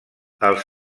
els